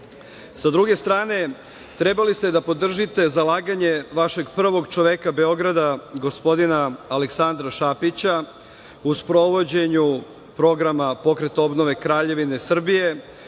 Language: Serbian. druge strane, trebali ste da podržite zalaganje vašeg prvog čoveka Beograda, gospodina Aleksandra Šapića, u sprovođenju programa Pokret obnove Kraljevine Srbije,